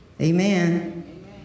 Amen